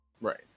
Right